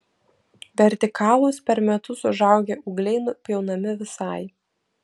vertikalūs per metus užaugę ūgliai nupjaunami visai